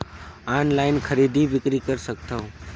Online खरीदी बिक्री कर सकथव?